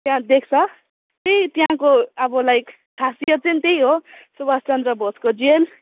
त्यहाँ देख्छ त्यही त्यहाँको अब लाइक खासियत चाहिँ त्यही हो सुवासचन्द्र बोसको जेल